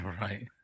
right